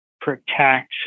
protect